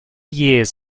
years